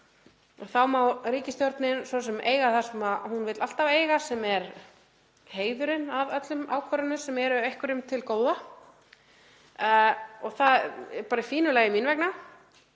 Þá má ríkisstjórnin svo sem eiga það sem hún vill alltaf eiga, sem er heiðurinn af öllum ákvörðunum sem eru einhverjum til góða. Það er bara í fínu lagi mín vegna